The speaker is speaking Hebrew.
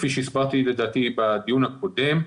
כפי שהסברתי לדעתי בדיון הקודם,